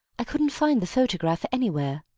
i couldn't find the photograph anywhere.